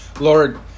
Lord